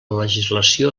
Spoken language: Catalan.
legislació